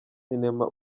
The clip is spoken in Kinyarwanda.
sinema